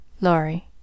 Laurie